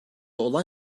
olay